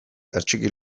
hertsiki